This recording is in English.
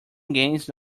gains